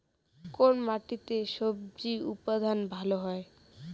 কোন মাটিতে স্বজি উৎপাদন ভালো হয়?